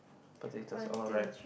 potatoes all right